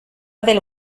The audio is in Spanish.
del